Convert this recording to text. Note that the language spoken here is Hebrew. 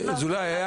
אז אולי,